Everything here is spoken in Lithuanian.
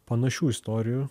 panašių istorijų